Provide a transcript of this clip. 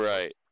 Right